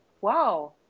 Wow